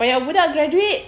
banyak budak graduate